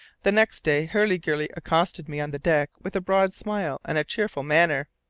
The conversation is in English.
the next day, hurliguerly accosted me on the deck with a broad smile and a cheerful manner.